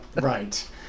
Right